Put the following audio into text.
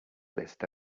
list